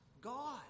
God